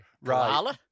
Right